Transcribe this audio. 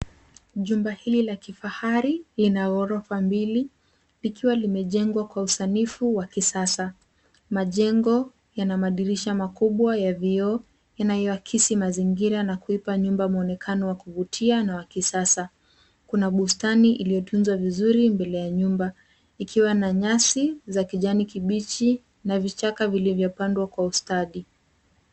Jumba hili la kifahari lina ghorofa mbili likiwa limejengwa kwa usanifu wa kisasa. Majengo yana madirisha makubwa ya vioo inayoakisi mazingira na kuiba nyumba mwonekano wa kuvutia na wa kisasa. Kuna bustani iliyotuzwa vizuri mbele ya nyumba ikiwa na nyasi za kijani kibichi na vichaka vilivyopandwa kwa ustadi.